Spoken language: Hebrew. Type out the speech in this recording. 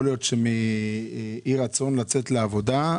יכול להיות שזה קשור באי-רצון לצאת לעבודה?